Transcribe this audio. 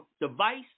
device